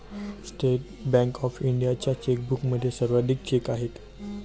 state bank of इंडियाच्या चेकबुकमध्ये सर्वाधिक चेक आहेत